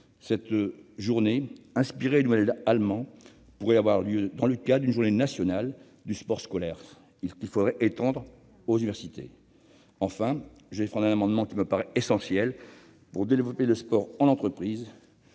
Cette journée, inspirée du modèle allemand, pourrait avoir lieu dans le cadre de la journée nationale du sport scolaire, qu'il faudrait étendre aux universités. Enfin, je défendrai un amendement qui me paraît essentiel pour développer le sport en entreprise.